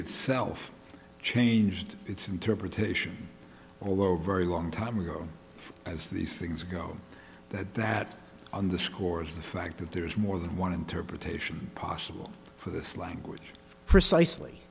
itself changed its interpretation although very long time ago as these things go that that on the scores the fact that there is more than one interpretation possible for this language